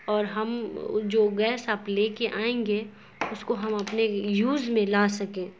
اور ہم جو گیس آپ لے کے آئیں گے اس کو ہم اپنے یوز میں لا سکیں